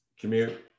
commute